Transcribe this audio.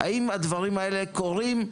האם הדברים האלה קורים?